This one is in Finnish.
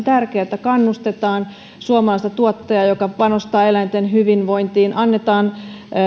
tärkeä on tärkeää että kannustetaan suomalaista tuottajaa joka panostaa eläinten hyvinvointiin annetaan